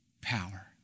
power